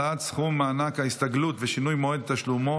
העלאת סכום מענק ההסתגלות ושינוי מועד תשלומו),